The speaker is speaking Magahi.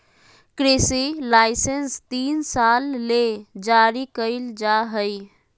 कृषि लाइसेंस तीन साल ले जारी कइल जा हइ